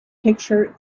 picture